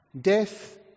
death